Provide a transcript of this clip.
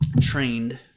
trained